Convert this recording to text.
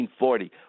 1940